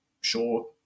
sure